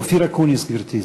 אופיר אקוניס, גברתי.